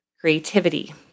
creativity